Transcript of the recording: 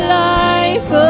life